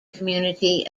community